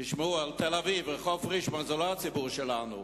על רחוב פרישמן בתל-אביב.